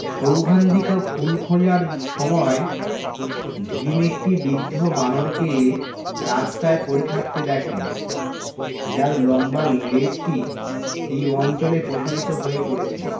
সৌগন্ধিকা ফুল খোঁজার সময় ভীম একটি বৃদ্ধ বানরকে রাস্তায় পড়ে থাকতে দেখেন যার লম্বা লেজটি এই অঞ্চলে প্রসারিত হয়ে পড়ে ছিল